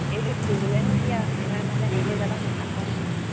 এই ফুৰিবলৈ নো কি আৰু এইবাৰ নহ'লে হেৰিলৈ যাব নি